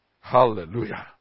Hallelujah